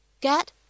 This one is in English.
get